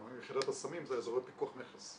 --- יחידת הסמים זה אזורי פיקוח מכס.